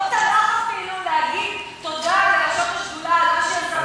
הוא לא טרח אפילו להגיד תודה לראשות השדולה על זה שהן,